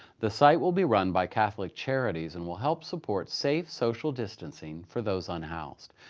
the site will be run by catholic charities and will help support safe social distancing for those unhoused.